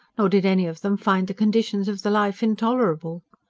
nor did any of them find the conditions of the life intolerable.